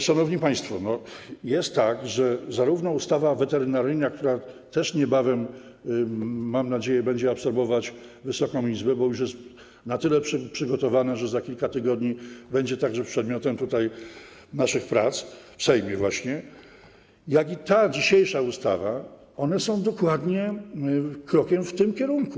Szanowni państwo, jest tak, że zarówno ustawa weterynaryjna - która też niebawem, mam nadzieję, będzie absorbować Wysoką Izbę, bo już jest na tyle przygotowana, że za kilka tygodni będzie także przedmiotem naszych prac w Sejmie - jak i ta dzisiejsza ustawa są dokładnie krokiem w tym kierunku.